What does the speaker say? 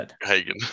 Hagen